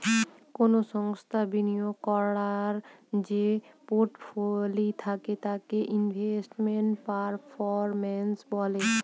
কোনো সংস্থার বিনিয়োগ করার যে পোর্টফোলি থাকে তাকে ইনভেস্টমেন্ট পারফরম্যান্স বলে